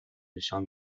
نشان